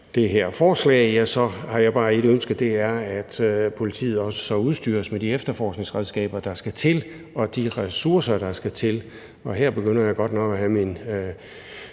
det her forslag, ja, så har jeg bare et ønske, og det er, at politiet så også udstyres med de efterforskningsredskaber, der skal til, og de ressourcer, der skal til, og her begynder jeg godt nok at have mine